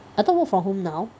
I thought work from home now